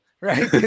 right